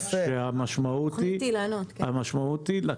המשמעות היא,